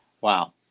Wow